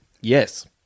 Yes